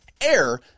air